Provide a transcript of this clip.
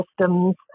systems